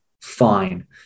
fine